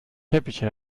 teppiche